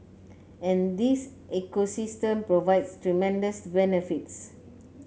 and this ecosystem provides tremendous benefits